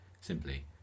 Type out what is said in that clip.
simply